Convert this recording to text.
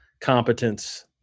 competence